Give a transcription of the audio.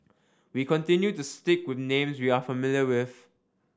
we continue to stick with names we are familiar with